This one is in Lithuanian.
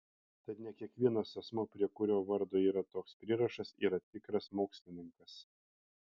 tad ne kiekvienas asmuo prie kurio vardo yra toks prierašas yra tikras mokslininkas